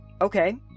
Okay